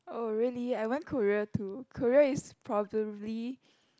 oh really I went Korea too Korea is probably